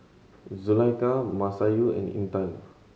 Zulaikha Masayu and Intan